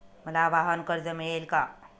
मला वाहनकर्ज मिळेल का?